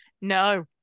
No